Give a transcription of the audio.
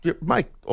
Mike